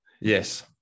Yes